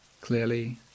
Clearly